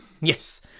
Yes